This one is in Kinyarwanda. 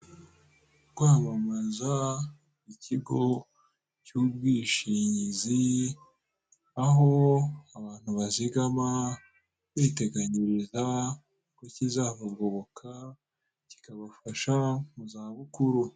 Kwamamaza ikigo cy'ubwishingizi aho abantu bazigama biteganyiriza ikizabagoboka kikabafasha mu izabukuru.